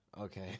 okay